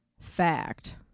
fact